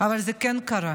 אבל זה כן קרה.